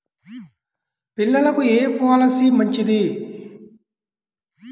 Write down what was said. పిల్లలకు ఏ పొలసీ మంచిది?